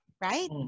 right